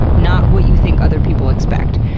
not what you think other people expect.